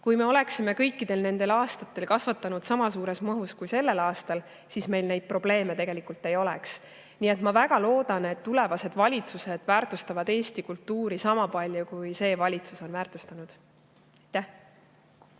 Kui me oleksime kõikidel nendel aastatel kasvatanud sama suures mahus kui sellel aastal, siis meil neid probleeme tegelikult ei oleks. Nii et ma väga loodan, et tulevased valitsused väärtustavad Eesti kultuuri sama palju, kui see valitsus on väärtustanud. Aitäh